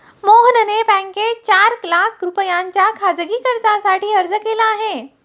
मोहनने बँकेत चार लाख रुपयांच्या खासगी कर्जासाठी अर्ज केला आहे